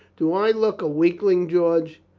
do i look a weakling, george?